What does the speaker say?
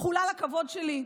חולל הכבוד שלי,